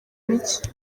mike